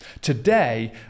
Today